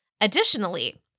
Additionally